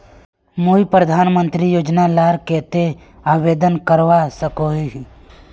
मुई प्रधानमंत्री योजना लार केते आवेदन करवा सकोहो ही?